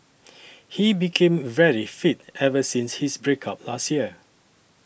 he became very fit ever since his break up last year